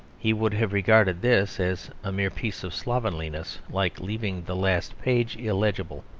he would have regarded this as a mere piece of slovenliness, like leaving the last page illegible.